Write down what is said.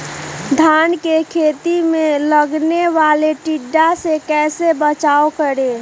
धान के खेत मे लगने वाले टिड्डा से कैसे बचाओ करें?